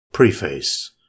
Preface